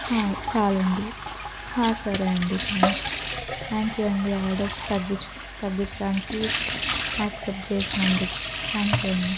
హా చాలు అండి హా సరే అండి థ్యాంక్ యూ థ్యాంక్ యూ అండి ఆర్డర్ తగ్గిచ్ తగ్గించడానికి యాక్సెప్ట్ చేసినందుకు థ్యాంక్ యూ అండి